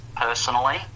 personally